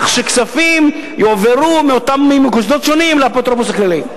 שכספים יועברו מאותם מוסדות שונים לאפוטרופוס הכללי.